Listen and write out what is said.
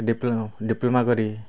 diploma କରି